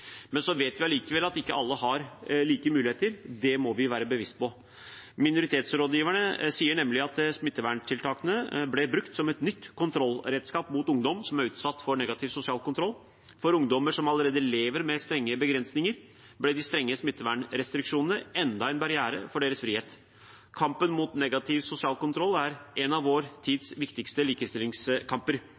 Men så vet vi at ikke alle har like muligheter. Det må vi være bevisste på. Minoritetsrådgiverne sier nemlig at smitteverntiltakene blir brukt som et nytt kontrollredskap mot ungdom som er utsatt for negativ sosial kontroll. For ungdommer som allerede lever med strenge begrensninger, ble de strenge smittevernrestriksjonene enda en barriere for deres frihet. Kampen mot negativ sosial kontroll er en av vår tids viktigste likestillingskamper.